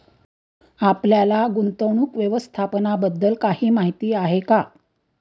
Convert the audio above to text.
आपल्याला गुंतवणूक व्यवस्थापनाबद्दल काही माहिती आहे का?